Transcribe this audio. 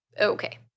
Okay